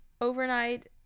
overnight